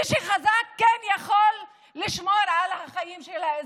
מי שחזק יכול לשמור על החיים של האזרחים.